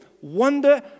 wonder